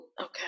okay